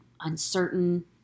uncertain